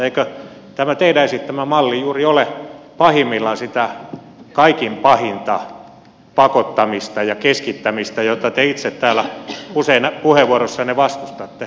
eikö tämä teidän esittämänne malli juuri ole pahimmillaan sitä kaikkein pahinta pakottamista ja keskittämistä joita te itse täällä usein puheenvuoroissanne vastustatte